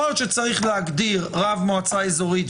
יכול להיות שצריך להגדיר רב מועצה אזורית,